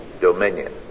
dominion